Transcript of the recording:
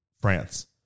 France